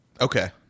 Okay